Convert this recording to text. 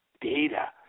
data